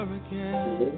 again